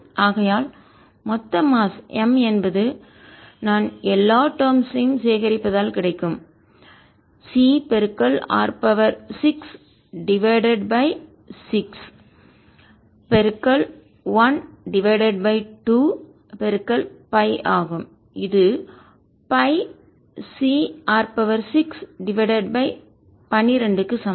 ஆகையால் மொத்த மாஸ் நிறை M என்பது நான் எல்லா டெர்ம்ஸ் பகுதிகள் சேகரிப்பதால் கிடைக்கும் CR6டிவைடட் பை 6 பெருக்கல்12 பை ஆகும் இது CR6 டிவைடட் பை 12 க்கு சமம்